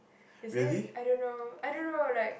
is it I don't know I don't know like